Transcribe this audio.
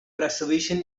reservation